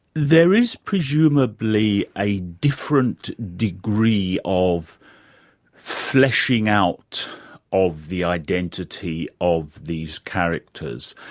there is presumably a different degree of fleshing out of the identity of these characters.